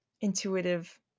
intuitive